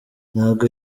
ntabwo